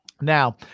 Now